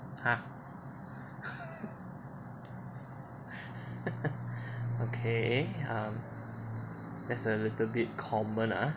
!huh! okay um that's a little bit common ah